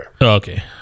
Okay